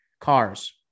Cars